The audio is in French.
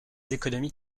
économies